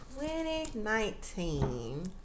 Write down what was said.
2019